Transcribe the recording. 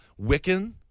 Wiccan